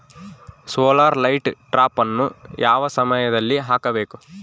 Solar light ಟ್ರಾಪನ್ನು ಯಾವ ಸಮಯದಲ್ಲಿ ಹಾಕಬೇಕು?